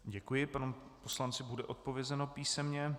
Děkuji, panu poslanci bude odpovězeno písemně.